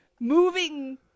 moving